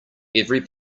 every